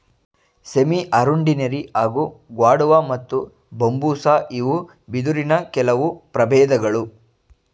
ಸೆಮಿಅರುಂಡಿನೆರಿ ಹಾಗೂ ಗ್ವಾಡುವ ಮತ್ತು ಬಂಬೂಸಾ ಇವು ಬಿದಿರಿನ ಕೆಲ್ವು ಪ್ರಬೇಧ್ಗಳು